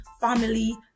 family